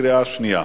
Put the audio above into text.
בקריאה שנייה.